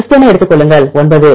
சிஸ்டைனை எடுத்துக் கொள்ளுங்கள் 9